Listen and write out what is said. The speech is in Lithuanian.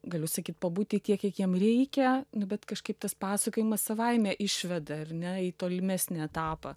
galiu sakyt pabūti tiek kiek jam reikia nu bet kažkaip tas pasakojimas savaime išveda ar ne į tolimesnį etapą